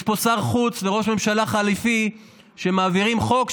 יש פה שר חוץ וראש ממשלה חליפי שמעבירים חוק,